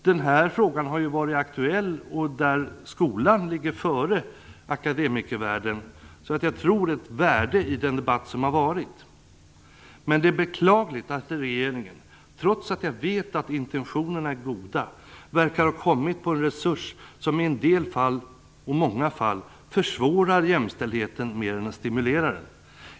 Den här frågan har ju varit aktuell, och skolan ligger före akademikervärlden, så det ligger nog ett värde i den debatt som har förts. Men det är beklagligt att regeringen, trots att jag vet att intentionerna är goda, verkar har hamnat på en kurs som i en del fall försvårar jämställdheten mer än det stimulerar den.